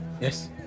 Yes